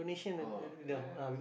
ah ya ya